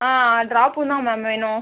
ஆ ட்ராப்பும் தான் மேம் வேணும்